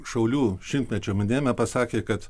šaulių šimtmečio minėjime pasakė kad